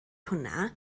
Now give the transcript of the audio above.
hwnna